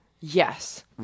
Yes